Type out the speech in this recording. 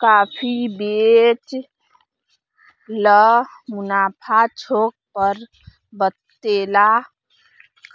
काफी बेच ल मुनाफा छोक पर वतेला